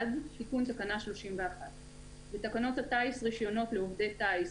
תיקון תקנה 31 בתקנות הטיס (רישיונות לעובדי טיס),